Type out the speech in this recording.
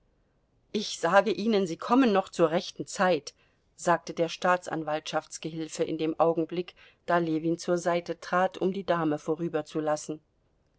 ich sage ihnen sie kommen noch zur rechten zeit sagte der staatsanwaltschaftsgehilfe in dem augenblick da ljewin zur seite trat um die dame vorüber